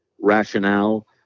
rationale